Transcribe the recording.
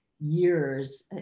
years